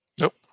Nope